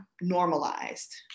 normalized